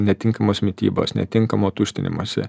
netinkamos mitybos netinkamo tuštinimosi